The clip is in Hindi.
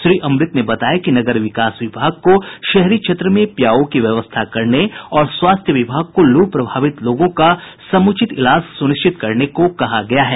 श्री अमृत ने बताया कि नगर विकास विभाग को शहरी क्षेत्र में प्याऊ की व्यवस्था करने और स्वास्थ्य विभाग को लू प्रभावित लोगों का समुचित इलाज सुनिश्चित करने को कहा गया है